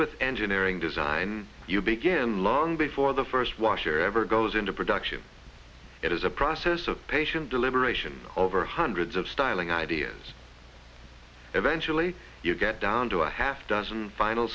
with engineering design you begin long before the first washer ever goes into production it is a process of patient deliberation over hundreds of styling ideas eventually you get down to a half dozen final